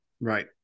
Right